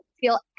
feel